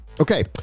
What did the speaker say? Okay